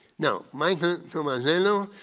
now michael tomazello,